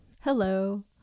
Hello